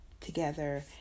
together